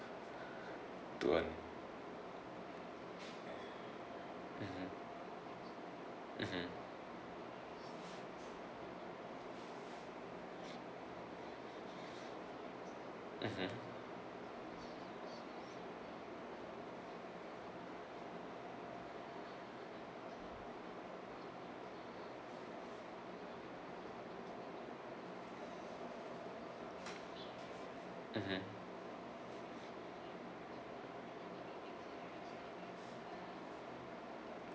to earn mmhmm mmhmm